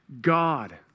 God